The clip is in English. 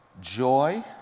joy